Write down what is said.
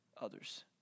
others